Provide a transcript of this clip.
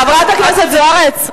חברת הכנסת זוארץ,